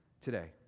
today